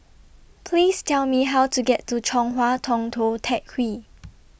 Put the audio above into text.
Please Tell Me How to get to Chong Hua Tong Tou Teck Hwee